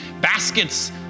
baskets